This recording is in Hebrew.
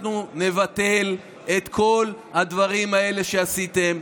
אנחנו נבטל את כל הדברים האלה שעשיתם,